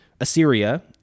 Assyria